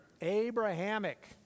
Abrahamic